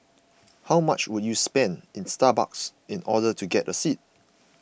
how much would you have to spend in Starbucks in order to get a seat